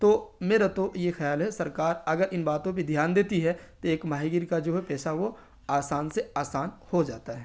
تو میرا تو یہ خیال ہے سرکار اگر ان باتوں پہ دھیان دیتی ہے تو ایک ماہی گیر کا جو ہے پیسہ وہ آسان سے آسان ہو جاتا ہے